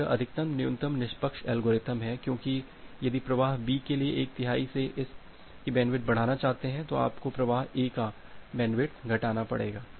तो यह अधिकतम न्यूनतम निष्पक्ष एल्गोरिथ्म है क्योंकि यदि प्रवाह B के लिए एक तिहाई से इस की बैंडविड्थ बढ़ाना चाहते हैं तो आपको प्रवाह A का बैंडविड्थ घटाना पड़ेगा